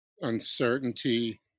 uncertainty